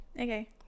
okay